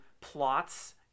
plots